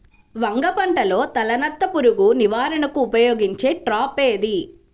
వంగ పంటలో తలనత్త పురుగు నివారణకు ఉపయోగించే ట్రాప్ ఏది?